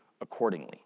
accordingly